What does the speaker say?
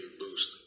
boost